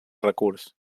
recurs